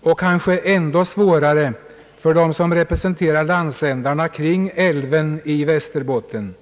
och kanske ännu svårare för dem som representerar landsändarna kring älven i Västerbotten.